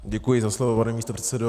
Děkuji za slovo, pane místopředsedo.